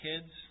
kids